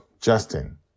justin